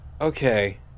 Okay